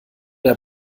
der